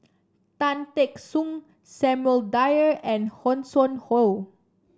Tan Teck Soon Samuel Dyer and Hanson Ho